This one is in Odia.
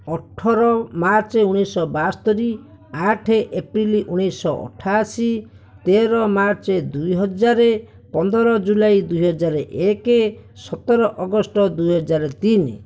ଅଠର ମାର୍ଚ୍ଚ ଉଣେଇଶହ ବାସ୍ତରି ଆଠ ଏପ୍ରିଲ ଉଣେଇଶ ଅଠାଅଶି ତେର ମାର୍ଚ୍ଚ ଦୁଇହଜାର ପନ୍ଦର ଜୁଲାଇ ଦୁଇହଜାର ଏକେ ସତର ଅଗଷ୍ଟ ଦୁଇହଜାର ତିନି